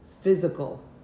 physical